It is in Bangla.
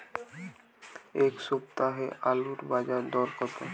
এ সপ্তাহে আলুর বাজারে দর কত?